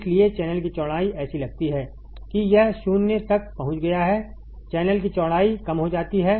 इसलिए चैनल की चौड़ाई ऐसी लगती है कि यह 0 तक पहुंच गया है चैनल की चौड़ाई कम हो जाती है